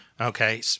Okay